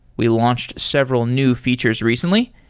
we launched several new features recently.